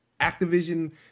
Activision